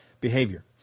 behavior